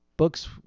Books